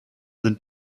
sind